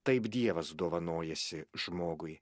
taip dievas dovanojasi žmogui